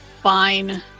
fine